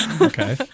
Okay